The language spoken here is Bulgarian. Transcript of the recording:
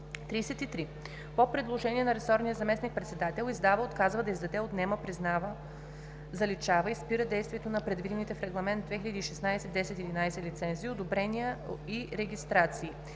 33. по предложение на ресорния заместник-председател издава, отказва да издаде, отнема, признава, заличава и спира действието на предвидените в Регламент (ЕС) 2016/1011 лицензи, одобрения и регистрации;”.